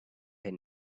her